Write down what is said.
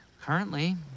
Currently